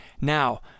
Now